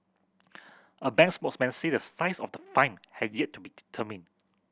a bank spokesman say the size of the fine had yet to be determined